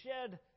shed